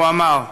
והוא אמר: